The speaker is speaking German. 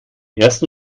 ersten